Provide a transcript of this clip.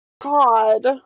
God